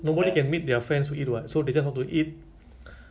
but that that time weird you know ah dekat mana eh